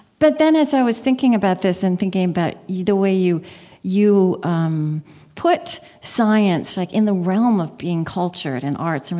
but then as i was thinking about this and thinking about the way you you um put science like in the realm of being cultured and arts.